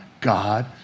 God